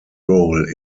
role